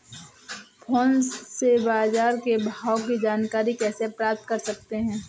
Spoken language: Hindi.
फोन से बाजार के भाव की जानकारी कैसे प्राप्त कर सकते हैं?